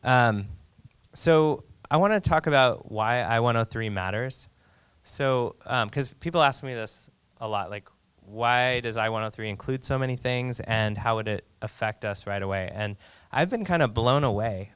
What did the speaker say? so i want to talk about why i want to three matters so because people ask me this a lot like why it is i want to three include so many things and how would it affect us right away and i've been kind of blown away